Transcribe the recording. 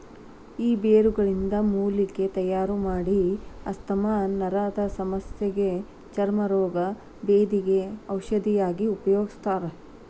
ಈ ಬೇರುಗಳಿಂದ ಮೂಲಿಕೆ ತಯಾರಮಾಡಿ ಆಸ್ತಮಾ ನರದಸಮಸ್ಯಗ ಚರ್ಮ ರೋಗ, ಬೇಧಿಗ ಔಷಧಿಯಾಗಿ ಉಪಯೋಗಿಸ್ತಾರ